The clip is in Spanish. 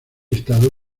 estado